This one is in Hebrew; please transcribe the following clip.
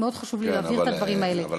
מאוד חשוב לי להעביר את הדברים האלה.